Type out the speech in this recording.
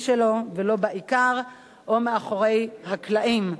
ולא בעיקר, או מאחורי הקלעים.